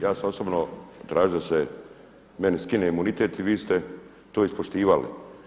Ja sam osobno tražio da se meni skine imunitet i vi ste to ispoštivali.